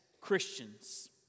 Christians